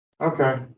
Okay